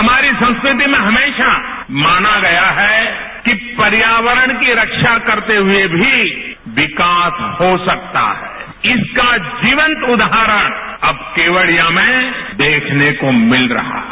हमारी संस्कृति में हमेशा माना गया है कि पर्यावरण की रक्षा करते हुए भी विकास हो सकता है इसका जीवंत उदाहरण अब केवडिया में देखने को मिल रहा है